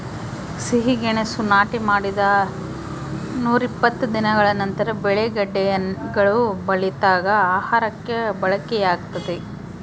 ಸಿಹಿಗೆಣಸು ನಾಟಿ ಮಾಡಿದ ನೂರಾಇಪ್ಪತ್ತು ದಿನಗಳ ನಂತರ ಬೆಳೆ ಗೆಡ್ಡೆಗಳು ಬಲಿತಾಗ ಆಹಾರಕ್ಕೆ ಬಳಕೆಯಾಗ್ತದೆ